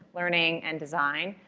learning, and design.